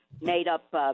made-up